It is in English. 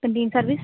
canteen service